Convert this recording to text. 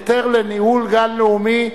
היתר לניהול גן לאומי),